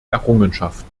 errungenschaften